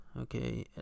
okay